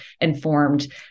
informed